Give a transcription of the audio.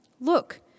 look